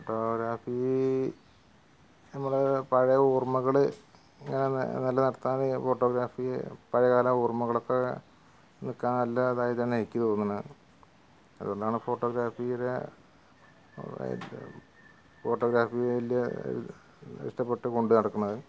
photography നമ്മളുടെ പഴയ ഓർമ്മകൾ ഇങ്ങനെ നിലനിർത്താതെ ഫോട്ടോഗ്രാഫിയെ പഴയകാല ഓർമ്മകളൊക്കെ നിൽക്കാൻ നല്ല ഇതായതാണെനിക്ക് തോന്നണെ അതുകൊണ്ടാണ് ഫോട്ടോഗ്രാഫിയുടെ ഫോട്ടോഗ്രാഫി വലിയ ഇഷ്ടപ്പെട്ടു കൊണ്ടുനടക്കണെ